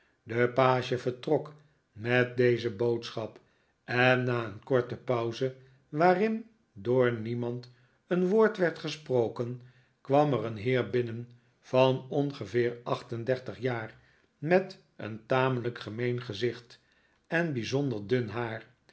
de page vertrok met deze boodschap en na een korte pauze waarin door niemand een woord werd gesproken kwam er een heer binnen van ongeveer acht en dertig jaar met een tamelijk gemeen gezicht en bijzonder dun haar